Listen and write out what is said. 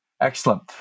Excellent